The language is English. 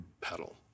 pedal